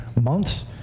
months